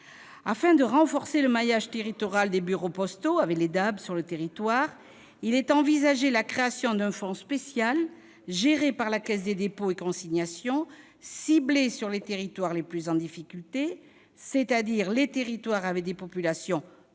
Afin de renforcer le maillage territorial des bureaux postaux avec les DAB, il est envisagé de créer un fonds spécial géré par la Caisse des dépôts et consignations, ciblé sur les territoires les plus en difficulté, c'est-à-dire les territoires dont les populations sont peu